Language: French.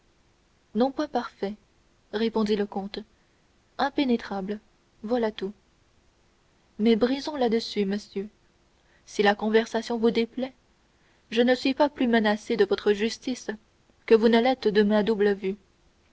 non point parfait répondit le comte impénétrable voilà tout mais brisons là-dessus monsieur si la conversation vous déplaît je ne suis pas plus menacé de votre justice que vous ne l'êtes de ma double vue